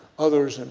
others,